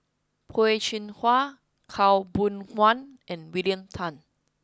Peh Chin Hua Khaw Boon Wan and William Tan